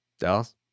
Dallas